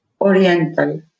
Oriental